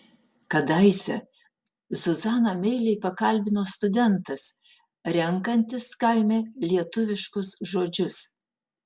kadaise zuzaną meiliai pakalbino studentas renkantis kaime lietuviškus žodžius